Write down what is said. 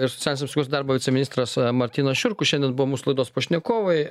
ir socialinės apsaugos darbo viceministras martynas šiurkus šiandien buvo mūsų laidos pašnekovai